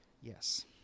Yes